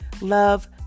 love